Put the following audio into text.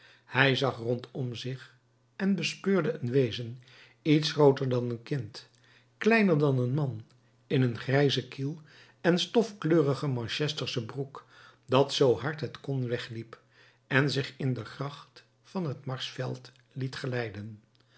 hij zag rondom zich en bespeurde een wezen iets grooter dan een kind kleiner dan een man in een grijzen kiel en stofkleurige manchestersche broek dat zoo hard het kon wegliep en zich in de gracht van het marsveld liet glijden